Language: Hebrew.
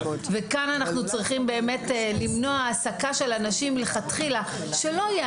כאן אנחנו צריכים למנוע העסקה של אנשים לכתחילה ושלא תהיה